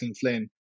Flynn